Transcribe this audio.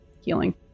healing